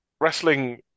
wrestling